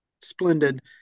splendid